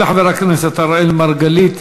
תודה לחבר הכנסת אראל מרגלית.